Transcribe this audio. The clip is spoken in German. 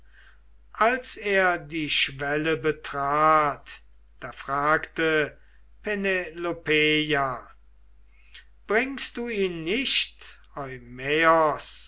als er die schwelle betrat da fragte penelopeia bringst du ihn nicht